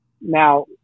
Now